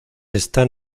están